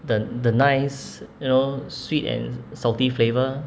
the the nice you know sweet and salty flavour